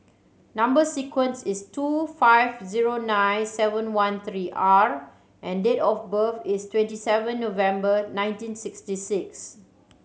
number sequence is two five zero nine seven one three R and date of birth is twenty seven November nineteen sixty six